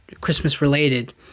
Christmas-related